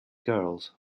girls